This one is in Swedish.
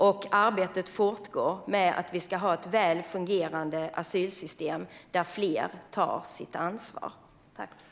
Men arbetet för ett väl fungerande asylsystem där fler tar sitt ansvar fortgår.